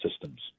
systems